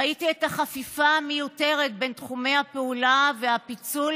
ראיתי את החפיפה המיותרת בין תחומי הפעולה והפיצול